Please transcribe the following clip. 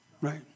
Right